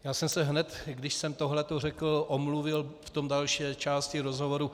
Já jsem se hned, když jsem tohle řekl, omluvil v další části rozhovoru.